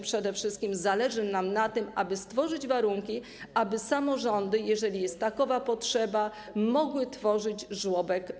Przede wszystkim zależy nam na tym, aby stworzyć warunki, aby samorządy, jeżeli jest taka potrzeba, w każdej gminie mogły otworzyć żłobek.